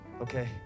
Okay